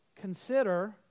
Consider